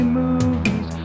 movies